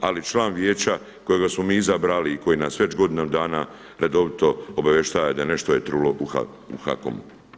Ali član Vijeća kojega smo mi izabrali i koji nas već godinu dana redovito obavještaje da nešto je trulo u HAKOM-u.